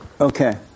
Okay